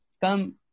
come